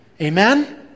Amen